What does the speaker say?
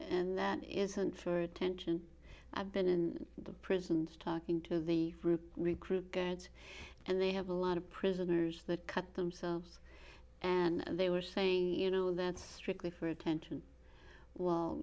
and that isn't for attention i've been in the prisons talking to the group recruit and they have a lot of prisoners that cut themselves and they were saying you know that's strictly for attention well